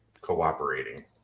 cooperating